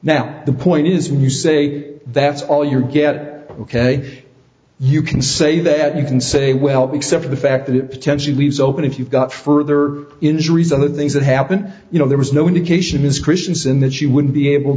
now the point is when you say that's all you're get k you can say that you can say welp except for the fact that it potentially leaves open if you've got further injuries on the things that happen you know there was no indication is christianson that you would be able